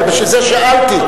בשביל זה שאלתי.